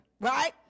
right